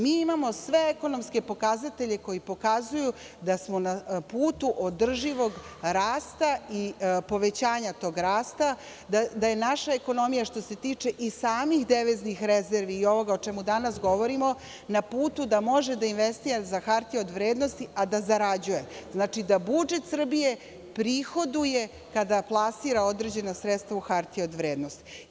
Mi imamo sve ekonomske pokazatelje koji pokazuju da smo na putu održivog rasta i povećanja tog rasta, da je naša ekonomija, što se tiče i samih deviznih rezervi i ovoga o čemu danas govorimo, na putu da može da investira za hartije od vrednosti, a da zarađuje, da budžet Srbije prihoduje kada plasira određena sredstva u hartije od vrednosti.